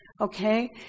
Okay